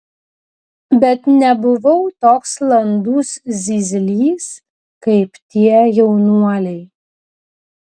bet nebuvau toks landus zyzlys kaip tie jaunuoliai